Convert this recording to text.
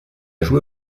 joué